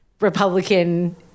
Republican